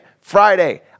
Friday